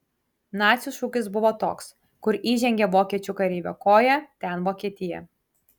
nacių šūkis buvo toks kur įžengė vokiečių kareivio koja ten vokietija